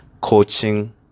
Coaching